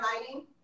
lighting